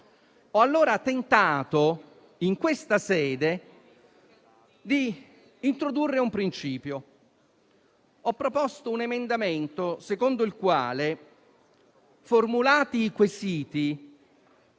Ho allora tentato in questa sede di introdurre un principio. Ho proposto un emendamento secondo il quale, formulati i quesiti,